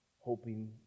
hoping